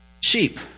Sheep